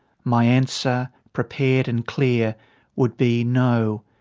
my answer, prepared and clear would be no,